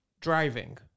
driving